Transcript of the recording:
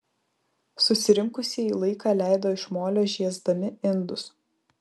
susirinkusieji laiką leido iš molio žiesdami indus